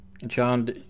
John